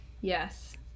Yes